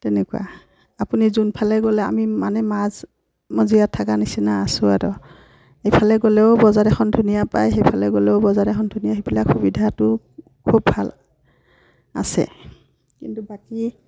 তেনেকুৱা আপুনি যোনফালে গ'লে আমি মানে মাজ মজিয়াত থকা নিচিনা আছো আৰু এইফালে গ'লেও বজাৰ এখন ধুনীয়া পায় সেইফালে গ'লেও বজাৰ এখন ধুনীয়া সেইবিলাক সুবিধাটো খুব ভাল আছে কিন্তু বাকী